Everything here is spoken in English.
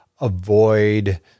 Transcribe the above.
avoid